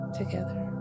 together